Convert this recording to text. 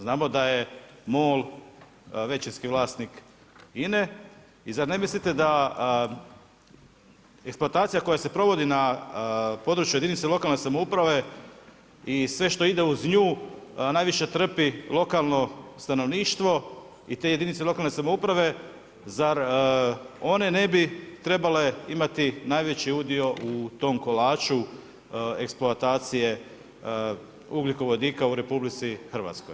Znamo da je MOL većinski vlasnik INA-e i zar ne mislite da eksploatacija koja se provodi na području jedinica lokalne samouprave i sve što ide uz nju najviše trpi lokalno stanovništvo i te jedinica lokalne samouprave zar one ne bi trebale imati najveći udio u tom kolaču eksploatacije ugljikovodika u RH?